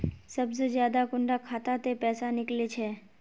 सबसे ज्यादा कुंडा खाता त पैसा निकले छे?